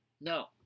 No